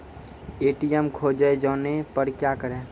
ATM खोजे जाने पर क्या करें?